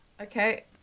okay